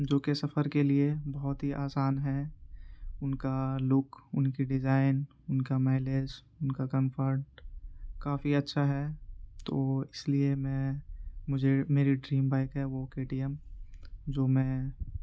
جو کہ سفر کے لیے بہت ہی آسان ہے ان کا لک ان کی ڈیزائن ان کا مائیلیج ان کا کمفرٹ کافی اچھا ہے تو اس لیے میں مجھے میری ڈریم بائیک ہے وہ کے ٹی ایم جو میں